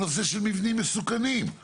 הנושא של מבנים מסוכנים,